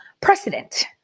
precedent